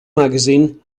magazine